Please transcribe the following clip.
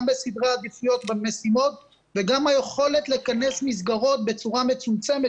גם בסדרי עדיפויות במשימות וגם היכולת לכנס מסגרות בצורה מצומצמת